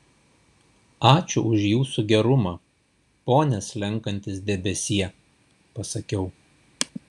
ačiū už jūsų gerumą pone slenkantis debesie pasakiau